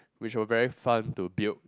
which were very fun to build